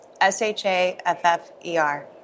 s-h-a-f-f-e-r